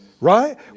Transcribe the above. right